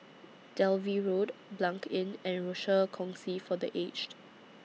Dalvey Road Blanc Inn and Rochor Kongsi For The Aged